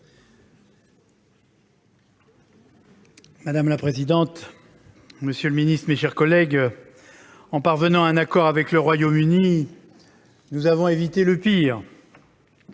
Madame la présidente, monsieur le secrétaire d'État, mes chers collègues, en parvenant à un accord avec le Royaume-Uni, nous avons évité le pire,